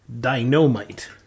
dynamite